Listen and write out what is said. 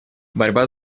борьба